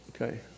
Okay